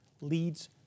leads